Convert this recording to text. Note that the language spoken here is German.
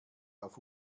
auf